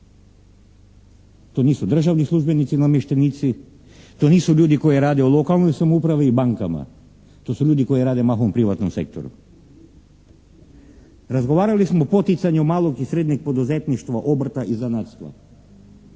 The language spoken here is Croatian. To nisu državni službenici i namještenici, to nisu ljudi koji rade u lokalnoj samoupravi i bankama. To su ljudi koji rade mahom u privatnom sektoru. Razgovarali smo o poticanju malog i srednjeg poduzetništva obrta i zanatstva.